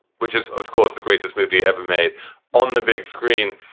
which is, of course, the greatest movie ever made on the big screen.